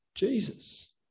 Jesus